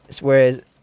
Whereas